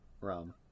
Rum